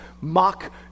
mock